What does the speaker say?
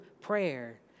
prayer